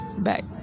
back